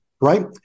right